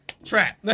Trap